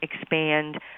expand